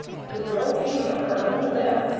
the girl came of her own will.